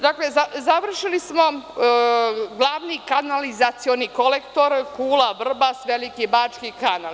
Dakle, završili smo glavni kanalizacioni kolektor Kula-Vrbas, Veliki bački kanal.